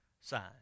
sign